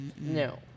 No